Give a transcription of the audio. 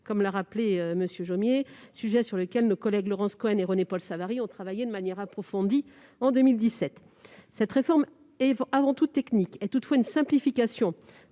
comme l'a rappelé M. Jomier, sujet sur lequel nos collègues Laurence Cohen et René-Paul Savary ont travaillé de manière approfondie en 2017. Cette réforme, avant tout technique, représente toutefois une simplification